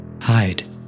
Hide